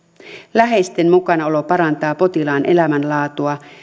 läheisten mukanaolo parantaa potilaan elämänlaatua